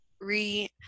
re-